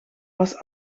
was